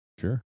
sure